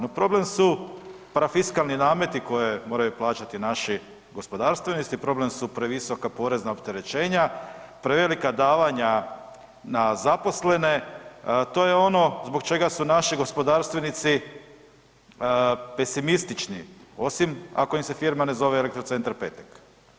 No, problem su parafiskalni nameti koje moraju plaćati naši gospodarstvenici, problem su previsoka porezna opterećenja, prevelika davanja na zaposlene, to je ono zbog čega su naši gospodarstvenici pesimistični, osim ako im se firma ne zove Elektrocentar Petek.